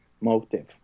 Motive